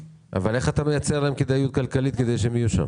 איך אתה מייצר להם כדאיות כלכלית כדי שהם יהיו שם?